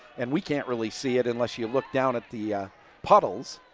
and we can't really see it unless you look down at the puddles.